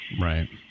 Right